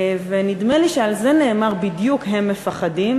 ונדמה לי שעל זה בדיוק נאמר "הם מפחדים",